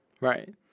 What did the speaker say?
Right